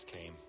came